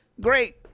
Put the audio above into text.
great